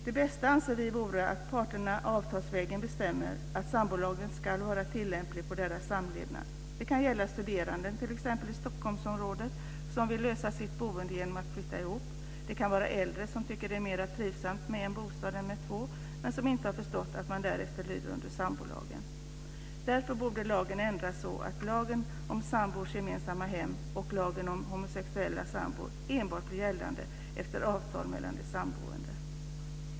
Det bästa anser vi vore att parterna avtalsvägen bestämmer att sambolagen ska vara tillämplig på deras samlevnad. Det kan gälla studerande, t.ex. i Stockholmsområdet, som vill lösa sitt boende genom att flytta ihop. Det kan vara äldre som tycker att det är mera trivsamt med en bostad än med två, men som inte har förstått att man därefter lyder under sambolagen. Därför borde lagen ändras så att lagen om sambors gemensamma hem och lagen om homosexuella sambor enbart blir gällande efter avtal mellan de samboende.